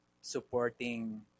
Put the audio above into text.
supporting